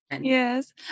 Yes